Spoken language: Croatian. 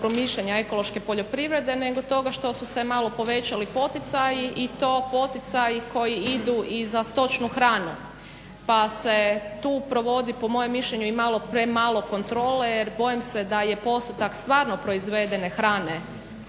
promišljanja ekološke poljoprivrede, nego toga što su se malo povećali poticaji i to poticaji koji idu i za stočnu hranu. Pa se tu provodi po mojem mišljenju i malo premalo kontrole, jer bojim se da je postotak stvarno proizvedene hrane